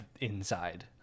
inside